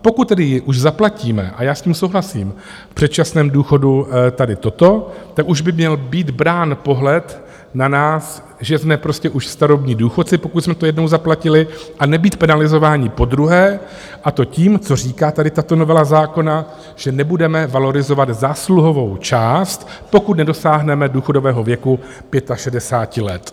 Pokud tedy ji už zaplatíme a já s tím souhlasím, v předčasném důchodu tady toto, tak už by měl být brán pohled na nás, že jsme prostě už starobní důchodci, pokud jsme to jednou zaplatili a nebýt penalizováni podruhé, a to tím, co říká tady tato novela zákona, že nebudeme valorizovat zásluhovou část, pokud nedosáhneme důchodového věku 65 let.